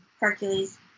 Hercules